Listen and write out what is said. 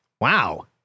Wow